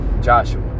joshua